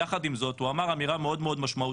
יחד עם זאת הוא אמר אמירה מאוד משמעותית,